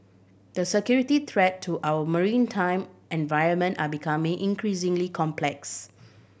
the security threat to our maritime environment are becoming increasingly complex